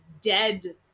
dead